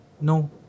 No